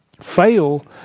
fail